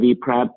PrEP